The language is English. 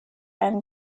and